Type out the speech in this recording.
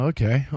Okay